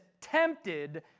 tempted